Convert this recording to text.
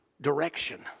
direction